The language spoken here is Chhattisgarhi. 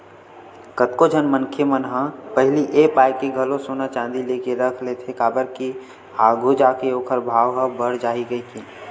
कतको झन मनखे मन ह पहिली ए पाय के घलो सोना चांदी लेके रख लेथे काबर के आघू जाके ओखर भाव ह बड़ जाही कहिके